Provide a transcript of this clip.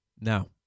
Now